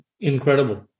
Incredible